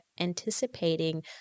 anticipating